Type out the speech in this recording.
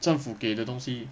政府给的东西